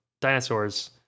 dinosaurs